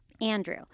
Andrew